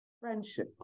Friendship